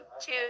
two